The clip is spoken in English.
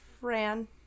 Fran